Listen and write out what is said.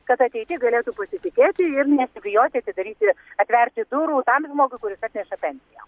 kad ateity galėtų pasitikėti ir nesibijoti atidaryti atverti durų tam žmogus kuris atneša pensiją